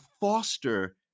foster